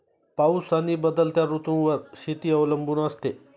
पाऊस आणि बदलत्या ऋतूंवर शेती अवलंबून असते